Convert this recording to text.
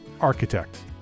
architect